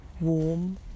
warm